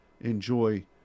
enjoy